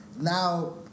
now